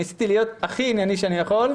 ניסיתי להיות הכי ענייני שאני יכול,